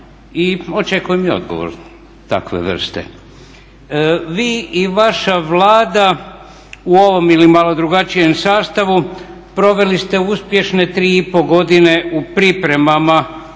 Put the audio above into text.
i očekujem i odgovor takve vrste. Vi i vaša Vlada u ovom ili malo drugačijem sastavu proveli ste uspješne 3,5 godine u pripremama